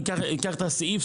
אני אקרא את הסעיף,